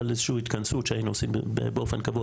אבל איזה שהיא התכנסות שהיינו עושים באופן קבוע